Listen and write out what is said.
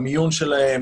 המיון שלהם,